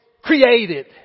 created